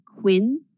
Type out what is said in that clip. Quinn